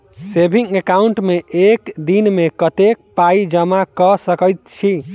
Saving account मे एक दिनमे कतेक पाई जमा कऽ सकैत छी?